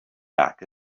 back